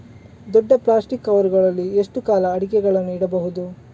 ದೊಡ್ಡ plastic cover ಗಳಲ್ಲಿ ಎಷ್ಟು ಕಾಲ ಅಡಿಕೆಗಳನ್ನು ಇಡಬಹುದು?